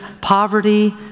poverty